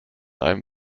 einem